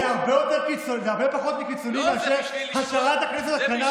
זה הרבה פחות קיצוני מאשר השארת הכנסת על כנה,